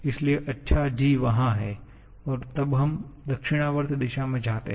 इसलिए अच्छा G वहा है और तब हम दक्षिणावर्त दिशा में जाते हैं